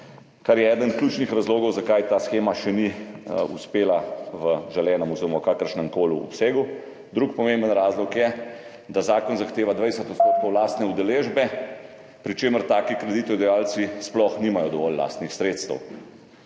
To je eden ključnih razlogov, zakaj ta shema še ni uspela v želenem oziroma v kakršnemkoli obsegu. Drugi pomemben razlog je, da zakon zahteva 20 % lastne udeležbe, pri čemer taki kreditojemalci sploh nimajo dovolj lastnih sredstev.